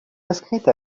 inscrite